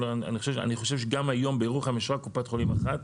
אני חושב שגם היום בירוחם יש רק קופת חולים אחת,